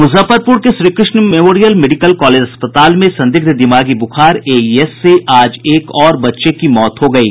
मुजफ्फरपुर के Shri Krishna memorial medical college अस्पताल में संदिग्ध दिमागी बुखार एईएस से आज एक और बच्चे की मौत हो गयी